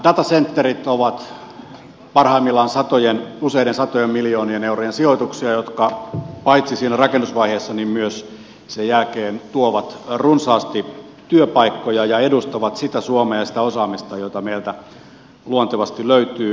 datacenterit ovat parhaimmillaan useiden satojen miljoonien eurojen sijoituksia jotka paitsi siinä rakennusvaiheessa myös sen jälkeen tuovat runsaasti työpaikkoja ja edustavat sitä suomea ja sitä osaamista jota meiltä luontevasti löytyy